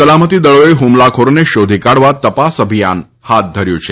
સલામતી દળોએ હ્મલાખોરોને શોધી કાઢવા તપાસ અભિયાન હાથ ધર્યુ છે